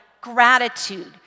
gratitude